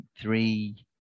three